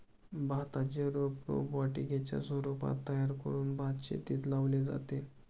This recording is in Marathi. भाताचे रोप रोपवाटिकेच्या स्वरूपात तयार करून भातशेतीत लावले जाते